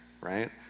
right